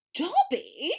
dobby